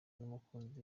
n’umukunzi